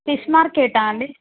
fish మార్కెటా అండి